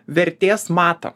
vertės matą